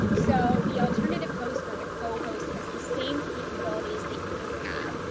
so the alternative host or the co host has the same capabilities that you have,